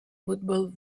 football